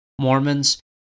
Mormons